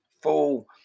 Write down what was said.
full